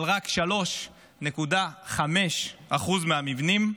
אבל רק 3.5% מהמבנים.